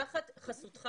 תחת חסותך